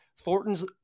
Thornton's